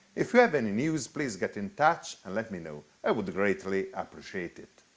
if you have any news please get in touch and let me know, i would greatly appreciate it.